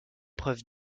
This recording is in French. preuve